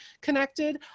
connected